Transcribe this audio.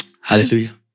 Hallelujah